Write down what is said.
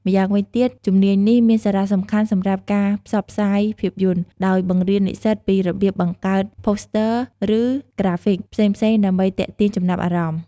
ម្យ៉ាងវិញទៀត ជំនាញនេះមានសារៈសំខាន់សម្រាប់ការផ្សព្វផ្សាយភាពយន្ត ដោយបង្រៀននិស្សិតពីរបៀបបង្កើត ផូស្ទើ (Poster) ឬក្រាហ្វិក ផ្សេងៗដើម្បីទាក់ទាញចំណាប់អារម្មណ៍។